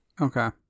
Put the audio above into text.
okay